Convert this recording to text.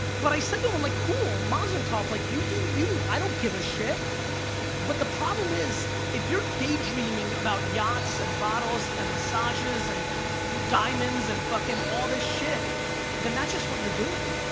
but i said the only cool mazel tov like you do you i don't give a shit but the problem is if you're daydreaming about yachts and bottles and massages and diamonds and fucking all this shit then not just what you're doing.